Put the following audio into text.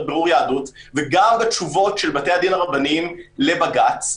בירור יהדות וגם לתשובות של בתי-הדין הרבניים לבג"ץ.